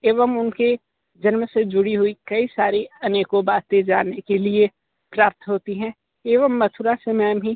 एवं उनके जन्म से जुड़ी हुई कई सारी अनेकों बातें जानने के लिए प्राप्त होती हैं एवं मथुरा समान ही